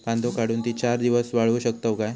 कांदो काढुन ती चार दिवस वाळऊ शकतव काय?